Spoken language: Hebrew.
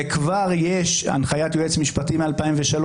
וכבר יש הנחיית יועץ משפטי מ-2003,